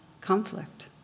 conflict